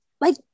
like-